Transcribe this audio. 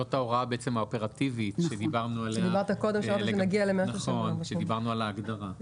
זאת בעצם ההוראה האופרטיבית עליה דיברנו עת דיברנו על ההגדרה.